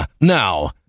Now